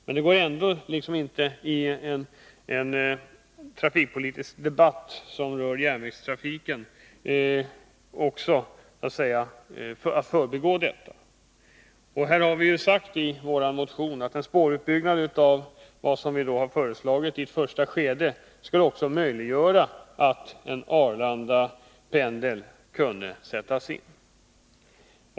Men det går ändå inte att i en trafikpolitisk debatt som rör järnvägstrafiken gå förbi detta. Vi har i vår motion sagt att en spårutbyggnad enligt vårt förslag i ett första skede också skulle möjliggöra att en Arlandapendel kunde sättas in.